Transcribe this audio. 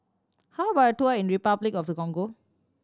how about a tour in Repuclic of the Congo